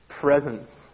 presence